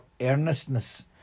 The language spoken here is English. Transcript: earnestness